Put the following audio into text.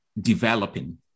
developing